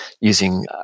using